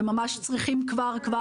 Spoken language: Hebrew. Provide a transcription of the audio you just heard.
וממש צריכים כבר כבר.